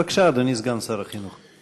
בבקשה, אדוני סגן שר החינוך.